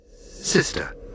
Sister